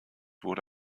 wurde